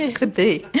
and could be.